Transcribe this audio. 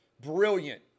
brilliant